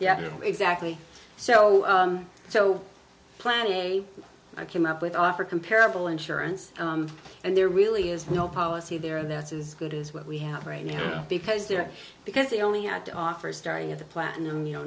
yeah exactly so so plan a i came up with offer comparable insurance and there really is no policy there that's as good as what we have right now because they are because they only had to offer starting at the platinum you know